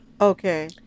Okay